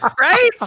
Right